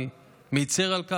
אני מצר על כך.